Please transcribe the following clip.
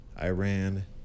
Iran